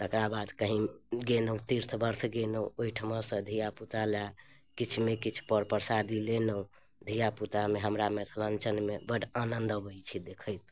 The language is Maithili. तकरा बाद कहीँ गेलहुँ तीर्थ बर्थ गेलहुँ ओहिठामसँ धिआपुतालए किछु ने किछु पर परसादी लेलहुँ धिआपुतामे हमरा मिथिलाञ्चलमे बड़ आनन्द अबै छै देखैत